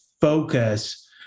focus